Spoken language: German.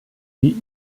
die